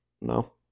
No